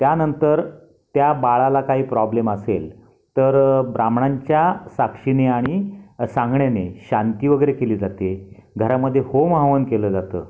त्यानंतर त्या बाळाला काही प्रॉब्लेम असेल तर ब्राह्मणांच्या साक्षीने आणि सांगण्याने शांती वगैरे केली जाते घरामध्ये होमहवन केलं जातं